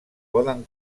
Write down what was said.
poden